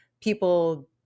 people